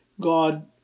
God